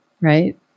right